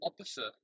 opposite